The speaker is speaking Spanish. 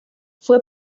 fue